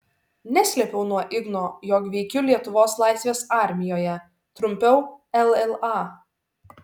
neslėpiau nuo igno jog veikiu lietuvos laisvės armijoje trumpiau lla